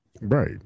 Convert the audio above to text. Right